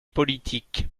politique